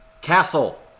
Castle